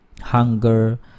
hunger